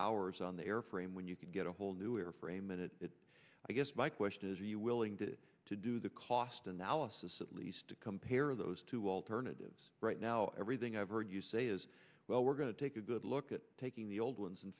hours on the airframe when you can get a whole new era for a minute i guess my question is are you willing to to do the cost analysis at least to compare those two alternatives right now everything i've heard you say is well we're going to take a good look at taking the old ones and